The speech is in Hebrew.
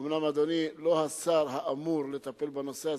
אומנם אדוני לא השר האמור לטפל בנושא הזה,